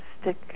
stick